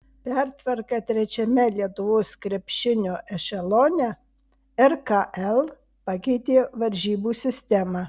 pertvarka trečiame lietuvos krepšinio ešelone rkl pakeitė varžybų sistemą